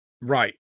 Right